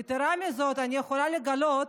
יתרה מזו, אני יכולה לגלות